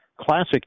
Classic